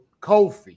Kofi